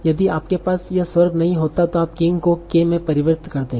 यदि आपके पास यह स्वर नहीं होता तो आप king को k में परिवर्तित कर देते